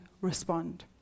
respond